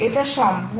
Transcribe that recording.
এটা সম্ভব